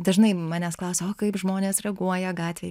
dažnai manęs klausia o kaip žmonės reaguoja gatvėj